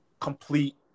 complete